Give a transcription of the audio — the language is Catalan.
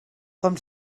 com